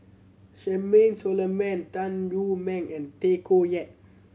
Charmaine Solomon Tan Lu Meng and Tay Koh Yat